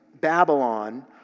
Babylon